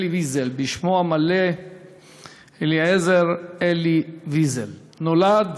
אלי ויזל, בשמו המלא אליעזר אלי ויזל, נולד